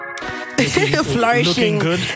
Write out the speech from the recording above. Flourishing